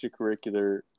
extracurricular